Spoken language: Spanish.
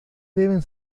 deben